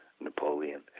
Napoleon